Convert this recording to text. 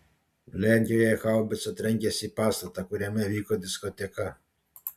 lenkijoje haubica trenkėsi į pastatą kuriame vyko diskoteka